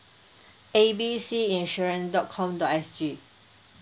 A B C insurance dot com dot S G